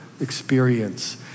experience